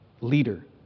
leader